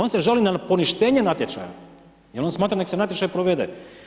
On se žali na poništenje natječaja jer on smatra neka se natječaj provede.